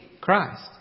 Christ